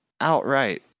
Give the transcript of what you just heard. outright